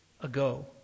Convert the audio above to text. ago